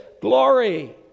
glory